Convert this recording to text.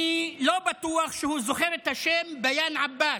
אני לא בטוח שהוא זוכר את השם ביאן עבאס,